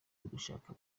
ugushaka